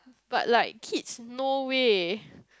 but like kids no way